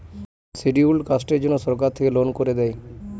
scheduled কাস্টের জন্য সরকার থেকে লোন করে দেয়